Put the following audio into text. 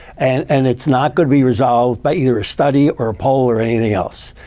and and it's not going to be resolved by either a study, or a poll, or anything else.